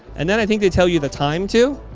and then i think they tell you the time too.